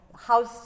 house